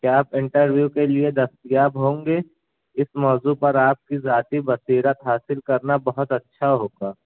کیا آپ انٹرویو کے لئے دستیاب ہوں گے اس موضوع پر آپ کی ذاتی بصیرت حاصل کرنا بہت اچھا ہوگا